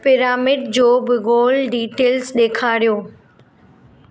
pyramid जो भुगोल details ॾेखारियो